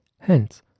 Hence